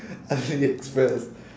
aliexpress